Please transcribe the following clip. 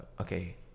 okay